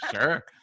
sure